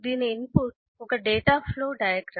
దీని ఇన్పుట్ ఒక data flow diagram